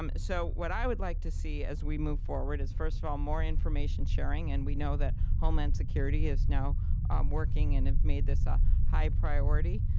um so, when i would like to see as we move forward, as first of all, more information sharing, and we know that homeland security is now um working and have made this a high priority.